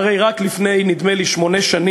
הרי נדמה לי שרק לפני שמונה שנים,